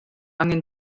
angen